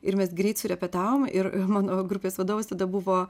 ir mes greit surepetavom ir mano grupės vadovas tada buvo